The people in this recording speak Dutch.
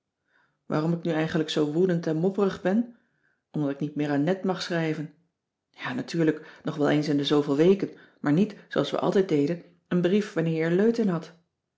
waarom ik nu eigelijk zoo woedend en mopperig ben omdat ik niet meer aan net mag schrijven ja natuurlijk nog wel eens in de zooveel weken maar niet zooals we altijd deden een brief wanneer je er leut in had